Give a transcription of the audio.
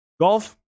golf